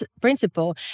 principle